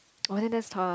oh then that's tough